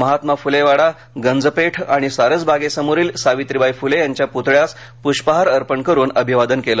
महात्मा फुले वाडागंज पेठ आणि सारसबागेसमोरील सावित्रीबाई फुले यांच्या प्तळ्यास प्ष्पहार अर्पण करून अभिवादन केल